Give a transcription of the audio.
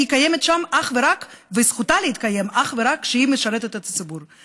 היא קיימת שם אך ורק וזכותה להתקיים אך ורק כשהיא משרתת את הציבור.